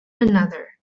another